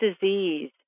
disease